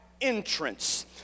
entrance